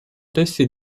testi